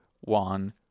one